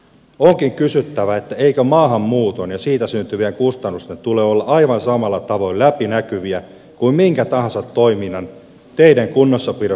onkin kysyttävä eikö maahanmuuton ja siitä syntyvien kustannusten tule olla aivan samalla tavoin läpinäkyviä kuin minkä tahansa toiminnan teiden kunnossapidosta sairaanhoitoon